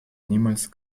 niemals